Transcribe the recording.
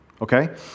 okay